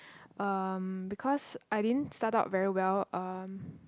um because I didn't start up very well um